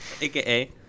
AKA